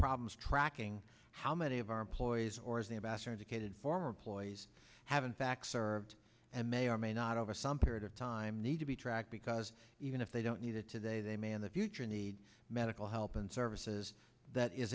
problems tracking how many of our employees or as the ambassador indicated former employees have in fact served and may or may not over some period of time need to be tracked because even if they don't need it today they may in the future need medical help and services that is